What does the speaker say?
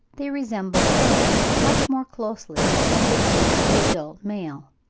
they resemble her much more closely than they do the adult male.